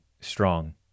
strong